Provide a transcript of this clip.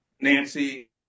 Nancy